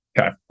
Okay